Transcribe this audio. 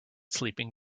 sleeping